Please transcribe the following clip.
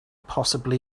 possibly